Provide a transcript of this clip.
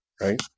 right